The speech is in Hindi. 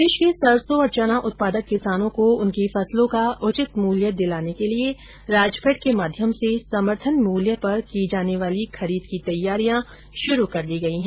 प्रदेश के सरसों और चना उत्पादक किसानों को उनकी फसलों का उचित मूल्य दिलाने के लिये राजफैड के माध्यम से समर्थन मूल्य पर की जाने वाली खरीद की तैयारियां शुरू कर दी गई हैं